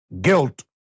Guilt